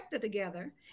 together